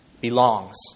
belongs